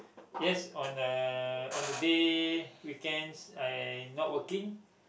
yes on the on the day weekends I not working